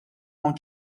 hawn